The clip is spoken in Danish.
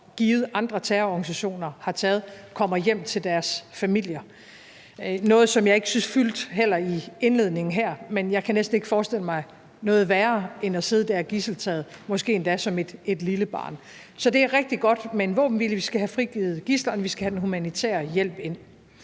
givet også andre terrororganisationer har taget, kommer hjem til deres familier – noget, som jeg heller ikke synes fyldte i indledningen her, men jeg kan næsten ikke forestille mig noget værre end at sidde der og være gidseltaget måske endda som et lille barn. Så det er rigtig godt med en våbenhvile; vi skal have frigivet gidslerne, og vi skal have den humanitære hjælp ind.